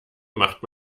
macht